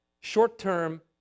short-term